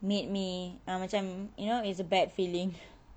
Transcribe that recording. made me ah macam you know it's a bad feeling